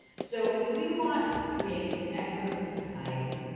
so if we want to create an equitable society,